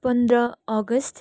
पन्ध्र अगस्त